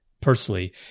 Personally